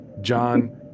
John